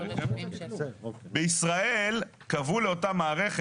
בישראל קבעו לאותה מערכת,